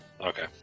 Okay